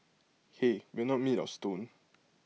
hey we're not made of stone